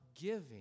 Giving